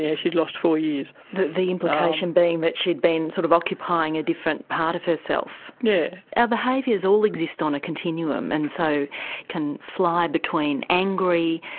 yeah she'd lost four years. the the implication being that she'd been sort of occupying a different part of herself. yes. yeah our behaviours all exist on a continuum, and so can fly between angry,